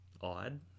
odd